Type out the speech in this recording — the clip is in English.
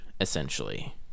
essentially